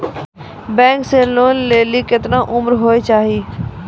Bank से loan लेली केतना उम्र होय केचाही?